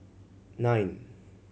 nine